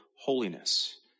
holiness